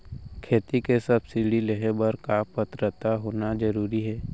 खेती के सब्सिडी लेहे बर का पात्रता होना जरूरी हे?